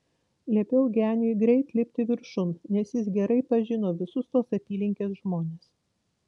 liepiau geniui greit lipti viršun nes jis gerai pažino visus tos apylinkės žmones